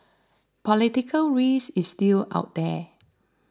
political risk is still out there